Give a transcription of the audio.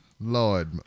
lord